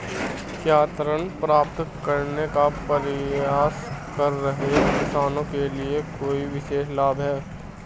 क्या ऋण प्राप्त करने का प्रयास कर रहे किसानों के लिए कोई विशेष लाभ हैं?